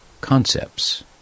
concepts